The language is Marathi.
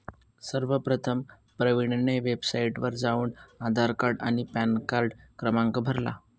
सर्वप्रथम प्रवीणने वेबसाइटवर जाऊन आधार कार्ड आणि पॅनकार्ड क्रमांक भरला